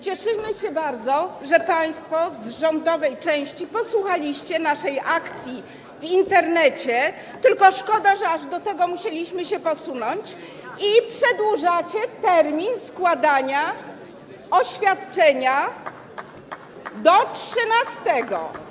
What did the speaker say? Cieszymy się bardzo, że państwo z rządowej części posłuchaliście naszej akcji w Intrenecie - szkoda tylko, że aż do tego musieliśmy się posunąć - i przedłużacie termin składania oświadczeń do trzynastego.